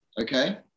okay